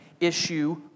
issue